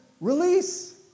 release